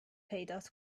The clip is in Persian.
پیدات